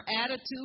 attitude